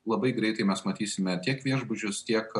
labai greitai mes matysime tiek viešbučius tiek